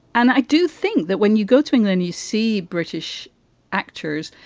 and i do think that when you go to england, you see british actors,